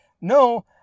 no